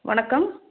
வணக்கம்